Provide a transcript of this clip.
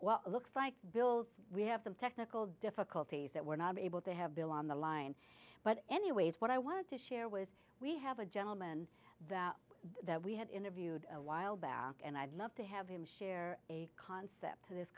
it looks like bill we have some technical difficulties that we're not able to have bill on the line but anyways what i wanted to share was we have a gentleman that we had interviewed a while back and i'd love to have him share a concept of this